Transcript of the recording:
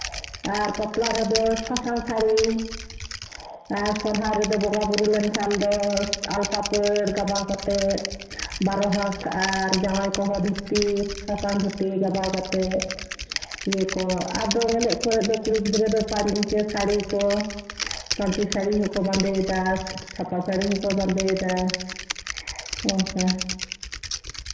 ᱟᱨ ᱵᱟᱯᱞᱟ ᱨᱮᱫᱚ ᱥᱟᱥᱟᱝ ᱥᱟᱹᱲᱤ ᱟᱨ ᱥᱚᱨᱦᱟᱭ ᱨᱮᱫᱚ ᱵᱚᱸᱜᱟᱼᱵᱩᱨᱩ ᱞᱮᱱᱠᱷᱟᱱ ᱟᱞᱛᱟᱯᱟᱹᱲ ᱜᱟᱵᱟᱣ ᱠᱟᱛᱮᱫ ᱠᱚ ᱨᱚᱦᱚᱲ ᱠᱟᱜᱼᱟ ᱟᱨ ᱡᱟᱶᱟᱭ ᱠᱚᱦᱚᱸ ᱫᱷᱩᱛᱤ ᱥᱟᱥᱟᱝ ᱫᱷᱩᱛᱤ ᱜᱟᱵᱟᱣ ᱠᱟᱛᱮᱫ ᱱᱤᱭᱟᱹ ᱠᱚ ᱟᱨ ᱫᱚᱝ ᱮᱱᱮᱡ ᱠᱚ ᱫᱚ ᱠᱩᱲᱤ ᱜᱤᱫᱽᱨᱟᱹ ᱫᱚ ᱥᱟᱹᱲᱤ ᱠᱚ ᱯᱟᱹᱧᱪᱤ ᱥᱟᱹᱲᱤ ᱦᱚᱸᱠᱚ ᱵᱟᱸᱫᱮᱭᱮᱫᱟ ᱪᱷᱟᱯᱟ ᱥᱟᱹᱲᱤ ᱦᱚᱸᱠᱚ ᱵᱟᱸᱫᱮᱭᱮᱫᱟ ᱱᱚᱝᱠᱟ